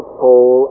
pull